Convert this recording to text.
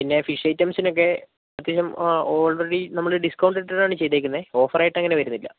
പിന്നെ ഫിഷ് ഐറ്റംസിനൊക്കെ അത്യാവശ്യം ഓൾറെഡി നമ്മൾ ഡിസ്കൗണ്ട് ഇട്ടിട്ടാണ് ചെയ്തിരിക്കുന്നത് ഓഫർ ആയിട്ട് അങ്ങനെ വരുന്നില്ല